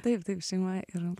taip taip šeima yra